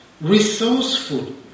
Resourceful